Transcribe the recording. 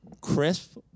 crisp